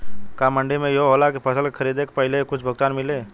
का मंडी में इहो होला की फसल के खरीदे के पहिले ही कुछ भुगतान मिले?